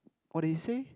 what did he say